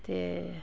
ते